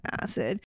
acid